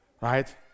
right